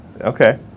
okay